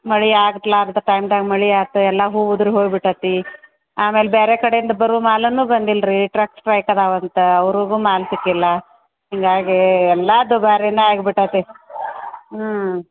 ಮಳೆ ಆಗ್ಲಾರದ ಟೈಮ್ದಾಗ ಮಳೆ ಆತು ಎಲ್ಲ ಹೂ ಉದ್ರಿ ಹೋಗಿಬಿಟ್ಟತ್ತಿ ಆಮ್ಯಾಲೆ ಬೇರೆ ಕಡೆಯಿಂದ ಬರೋ ಮಾಲನ್ನೂ ಬಂದಿಲ್ಲ ರೀ ಟ್ರಕ್ ಸ್ಟ್ರೈಕ್ ಅದಾವೆ ಅಂತ ಅವ್ರಿಗು ಮಾಲು ಸಿಕ್ಕಿಲ್ಲ ಹಿಂಗಾಗಿ ಎಲ್ಲ ದುಬಾರಿನೇ ಆಗಿಬಿಟ್ಟಾತ್ತಿ ಹ್ಞೂ